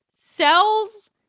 Cell's